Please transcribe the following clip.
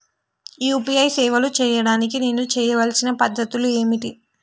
UPI సేవలు చేయడానికి నేను చేయవలసిన పద్ధతులు ఏమిటి?